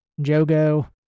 Jogo